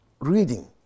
reading